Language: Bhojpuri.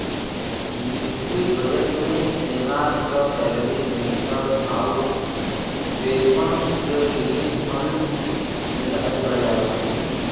मिलिट्री बजट में सेना क सैलरी पेंशन आउर वेपन क लिए फण्ड निर्धारित करल जाला